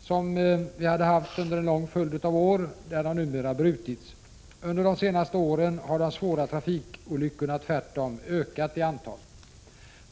som vi haft under en lång följd av år numera har brutits. Under de senaste åren har de svåra trafikolyckorna tvärtom ökat i antal.